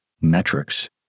metrics